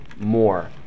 more